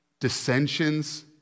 dissensions